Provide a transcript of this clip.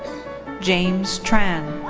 james tran.